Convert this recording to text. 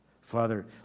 Father